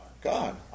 God